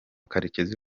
karekezi